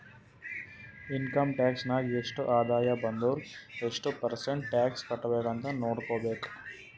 income tax ನಾಗ್ ಎಷ್ಟ ಆದಾಯ ಬಂದುರ್ ಎಷ್ಟು ಪರ್ಸೆಂಟ್ ಟ್ಯಾಕ್ಸ್ ಕಟ್ಬೇಕ್ ಅಂತ್ ನೊಡ್ಕೋಬೇಕ್